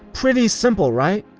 pretty simple right?